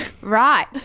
Right